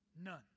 None